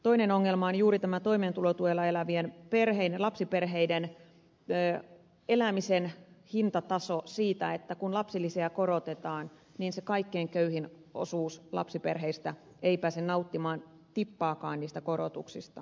toinen ongelma on juuri tämä toimeentulotuella elävien lapsiperheiden elämisen hintataso eli se että kun lapsilisiä korotetaan niin se kaikkein köyhin osa lapsiperheistä ei pääse nauttimaan tippaakaan niistä korotuksista